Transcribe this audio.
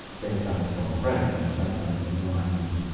they had found strong friends in champlain and montmagny.